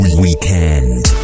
weekend